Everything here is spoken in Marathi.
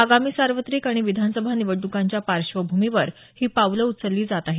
आगामी सार्वत्रिक आणि विधानसभा निवडणुकांच्या पार्श्वभूमीवर ही पावलं उचलली जात आहेत